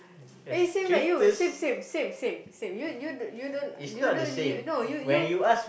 eh same like you same same same same same you you don't you don't you don't you no you you